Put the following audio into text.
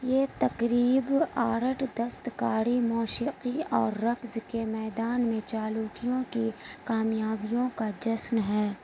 یہ تقریب آرٹ دستکاری موشیقی اور رقض کے میدان میں چالو کیوں کی کامیابیوں کا جسن ہے